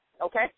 okay